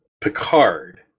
Picard